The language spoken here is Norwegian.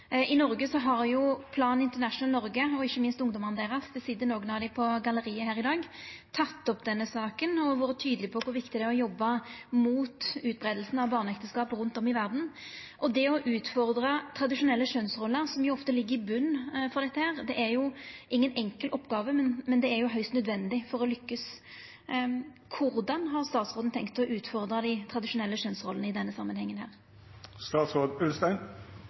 I Noreg har Plan International Norge, og ikkje minst ungdomane deira – det sit nokon av dei på galleriet her i dag – teke opp denne saka og vore tydelege på kor viktig det er å jobba mot utbreiinga av barneekteskap rundt om i verda. Det å utfordra tradisjonelle kjønnsroller, som ofte ligg i botnen for dette, er inga enkel oppgåve, men det er høgst nødvendig for å lykkast. Korleis har statsråden tenkt å utfordra dei tradisjonelle kjønnsrollene i denne samanhengen?